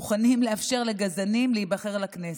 מוכנים לאפשר לגזענים להיבחר לכנסת.